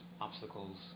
obstacles